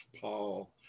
Paul